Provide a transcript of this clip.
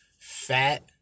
fat